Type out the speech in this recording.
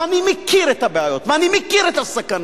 ואני מכיר את הבעיות, ואני מכיר את הסכנות.